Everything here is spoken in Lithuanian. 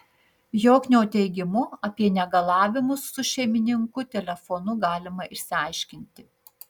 joknio teigimu apie negalavimus su šeimininku telefonu galima išsiaiškinti